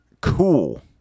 Cool